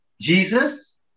Jesus